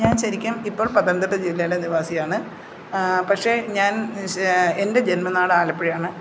ഞാൻ ശരിക്കും ഇപ്പോൾ പത്തനംതിട്ട ജില്ലയിലെ നിവാസിയാണ് പക്ഷേ ഞാൻ ശേ എൻ്റെ ജന്മനാട് ആലപ്പുഴയാണ്